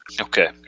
Okay